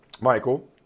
Michael